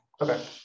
Okay